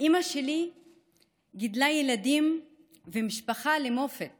אימא שלי גידלה ילדים ומשפחה למופת